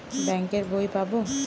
Bank এর বই পাবো?